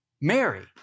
Mary